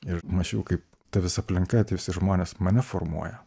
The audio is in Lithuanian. ir mąsčiau kaip ta visa aplinka tie visi žmonės mane formuoja